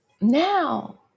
now